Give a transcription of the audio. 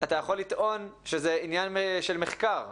אתה יכול לטעון שזה עניין של מחקר?